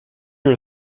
your